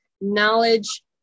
knowledge